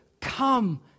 come